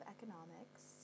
Economics